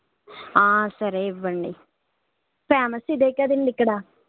సరే ఇవ్వండి ఫ్యామస్ ఇదేకదండి ఇక్కడ